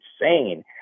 insane